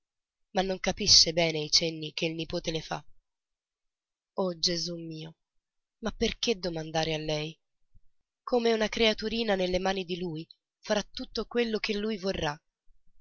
ma non capisce bene i cenni che il nipote le fa o gesù mio ma perché domandare a lei come una creaturina nelle mani di lui farà tutto quello che lui vorrà